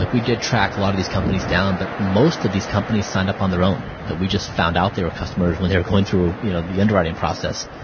like we did track a lot of these companies down, but most of these companies signed up on their own. that we just found out they were customers when they were going through you know the under and writing process.